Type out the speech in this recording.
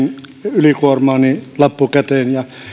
ylikuormaa niin lappu käteen ja